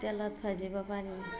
তেলত ভজিব পাৰি